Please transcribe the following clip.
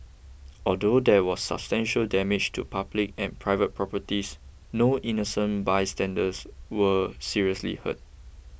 although there was substantial damage to public and private properties no innocent bystanders were seriously hurt